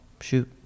shoot